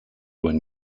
when